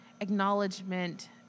acknowledgement